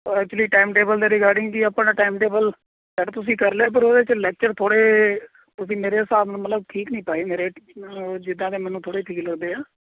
actually time table ਦੇ regarding ਕੀ ਆਪਣਾ ਟਾਈਮ ਟੇਬਲ ਸੈੱਟ ਤੁਸੀਂ ਕਰ ਲਿਆ ਪਰ ਉਹਦੇ 'ਚ ਲੈਕਚਰ ਥੋੜ੍ਹੇ ਤੁਸੀਂ ਮੇਰੇ ਹਿਸਾਬ ਨਾਲ ਮਤਲਬ ਠੀਕ ਨਹੀਂ ਪਾਏ ਮੇਰੇ ਜਿੱਦਾਂ ਦੇ ਮੈਨੂੰ ਥੋੜ੍ਹੇ ਠੀਕ ਲੱਗਦੇ ਆ